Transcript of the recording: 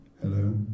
Hello